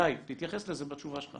גיא, תתייחס לזה בתשובה שלך.